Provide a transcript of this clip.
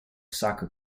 soccer